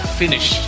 finish